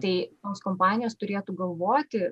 tai tos kompanijos turėtų galvoti